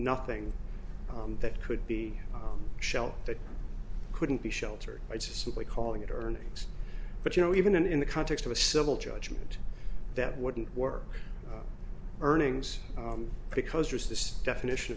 nothing that could be shelved that couldn't be sheltered by just simply calling it earnings but you know even in the context of a civil judgment that wouldn't work earnings because there's this definition